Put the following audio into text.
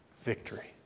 victory